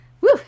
Woo